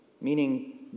Meaning